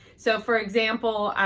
so for example,